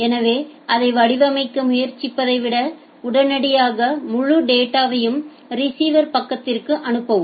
எனவே அதை வடிவமைக்க முயற்சிப்பதை விட உடனடியாக முழு டேட்டாவையும் ரிசீவர் பக்கத்திற்கு அனுப்பவும்